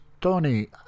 Tony